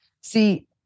see